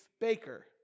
baker